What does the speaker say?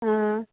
অঁ